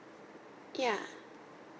ya